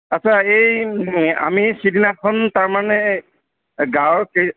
আচ্ছা এই আমি সিদিনাখন তাৰমানে গাঁৱৰ কে